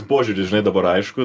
požiūris žinai dabar aišku